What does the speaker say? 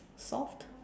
soft